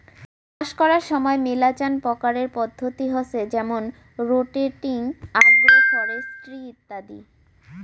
চাষ করার সময় মেলাচান প্রকারের পদ্ধতি হসে যেমন রোটেটিং, আগ্রো ফরেস্ট্রি ইত্যাদি